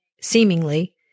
seemingly